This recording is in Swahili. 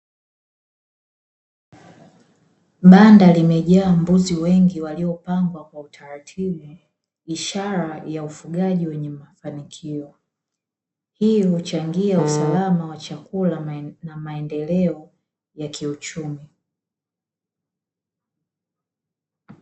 Banda limejaa mbuzi wengi waliopangwa kwa utaratibu ishara ya ufugaji wenye mafanikio, hiyo huchangia usalama wa chakula na maendeleo ya kiuchumi.